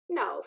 no